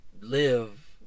live